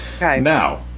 Now